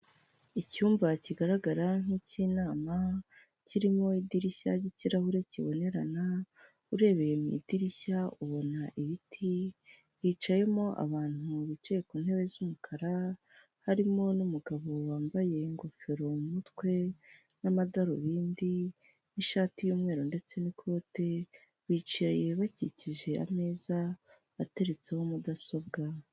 Icyumba kigaragara nk'icy'inama kirimo idirishya ry'ikirahure kibonerana, urebeye mu idirishya ubona ibiti, hicayemo abantu bicaye ku ntebe z'umukara, barimo n'umugabo wambaye ingofero mu mutwe n'amadarubindi, n'ishati y'umweru ndetse n'ikote. Bicaye bakikije ameza ateretseho mudasobwa.